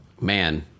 man